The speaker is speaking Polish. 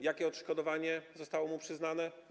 Jakie odszkodowanie zostało mu przyznane?